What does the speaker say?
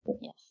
Yes